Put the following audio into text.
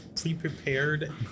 pre-prepared